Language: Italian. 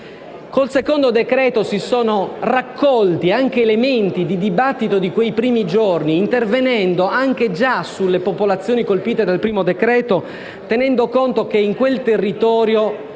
il secondo decreto-legge si sono raccolti anche elementi di dibattito di quei primi giorni, intervenendo già sulle popolazioni colpite dal primo terremoto, tenendo conto che in quel territorio